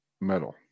metal